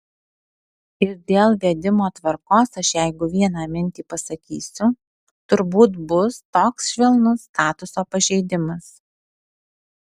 ir dėl vedimo tvarkos aš jeigu vieną mintį pasakysiu turbūt bus toks švelnus statuto pažeidimas